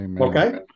Okay